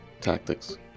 Tactics